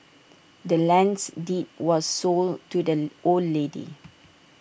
the land's deed was sold to the old lady